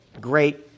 Great